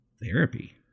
therapy